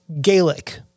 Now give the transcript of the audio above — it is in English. Gaelic